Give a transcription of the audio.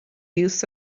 use